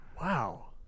Wow